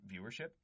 viewership